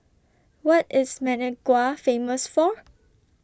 What IS Managua Famous For